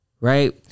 Right